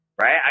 right